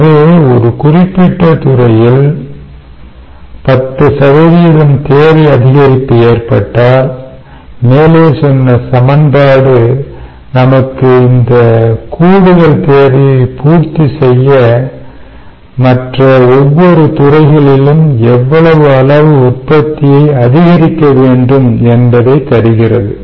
எனவே ஒரு குறிப்பிட்ட துறையில் 10 தேவை அதிகரிப்பு ஏற்பட்டால் மேலே சொன்ன சமன்பாடு நமக்கு இந்த கூடுதல் தேவையை பூர்த்தி செய்ய மற்ற ஒவ்வொரு துறைகளிலும் எவ்வளவு அளவு உற்பத்தியை அதிகரிக்க வேண்டும் என்பதை தருகிறது